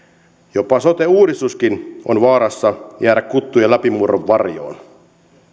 jopa sote uudistuskin on vaarassa jäädä kuttujen läpimurron varjoon